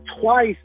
twice